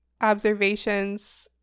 observations